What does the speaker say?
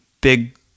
Big